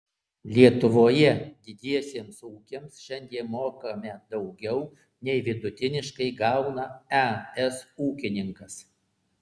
lietuvoje didiesiems ūkiams šiandien mokame daugiau nei vidutiniškai gauna es ūkininkas